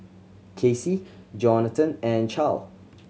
Casey Johnathan and Charle